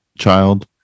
Child